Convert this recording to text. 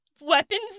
weapons